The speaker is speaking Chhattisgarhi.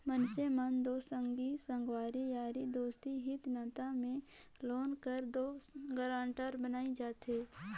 मइनसे मन दो संगी संगवारी यारी दोस्ती हित नात में लोन कर दो गारंटर बइन जाथे